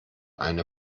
eine